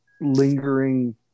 lingering